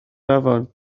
afon